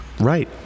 Right